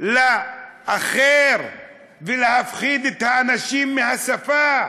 לאחר ולהפחיד את האנשים מהשפה